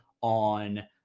on